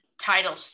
Title